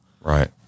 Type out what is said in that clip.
Right